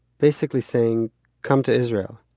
basically saying come to israel,